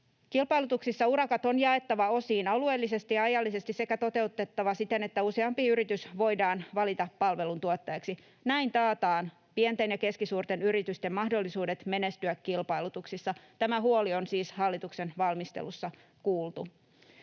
Kilpailutuksissa urakat on jaettava osiin alueellisesti ja ajallisesti sekä toteutettava siten, että useampi yritys voidaan valita palveluntuottajaksi. Näin taataan pienten ja keskisuurten yritysten mahdollisuudet menestyä kilpailutuksissa. Tämä huoli on siis hallituksen valmistelussa kuultu.